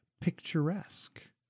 picturesque